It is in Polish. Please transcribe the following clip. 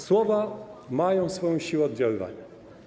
Słowa mają swoją siłę oddziaływania.